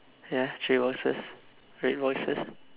ya three roses red roses